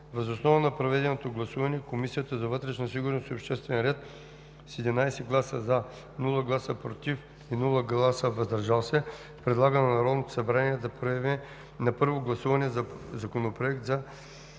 Въз основа на проведеното гласуване Комисията по вътрешна сигурност и обществен ред с 11 гласа „за“, без гласове „против“ „въздържал се“ предлага на Народното събрание да приеме на първо гласуване Законопроект за